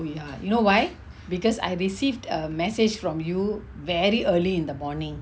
oh ya you know why because I received a message from you very early in the morning